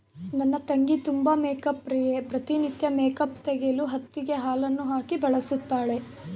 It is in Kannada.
ನನ್ನ ತಂಗಿ ತುಂಬಾ ಮೇಕ್ಅಪ್ ಪ್ರಿಯೆ, ಪ್ರತಿ ನಿತ್ಯ ಮೇಕ್ಅಪ್ ತೆಗೆಯಲು ಹತ್ತಿಗೆ ಹಾಲನ್ನು ಹಾಕಿ ಬಳಸುತ್ತಾಳೆ